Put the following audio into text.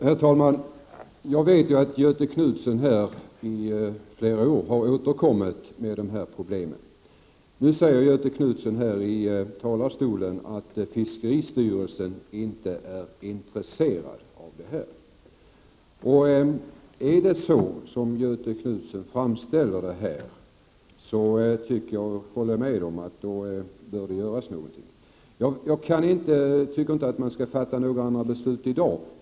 Herr talman! Jag vet att Göthe Knutson i flera år har återkommit till dessa problem. Nu säger Göthe Knutson i talarstolen att fiskeristyrelsen inte är intresserad av detta. Om det är så som Göthe Knutson framställer det hela tycker jag att det bör göras något. Jag tycker inte att man skall fatta några beslut i dag.